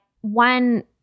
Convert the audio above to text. one